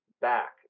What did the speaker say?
back